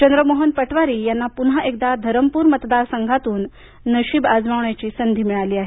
चंद्रमोहन पटवारी यांना पुन्हा एकदा धरमपुर मतदार संघातून नशीब अजमावण्याची संधी मिळाली आहे